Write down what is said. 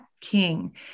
king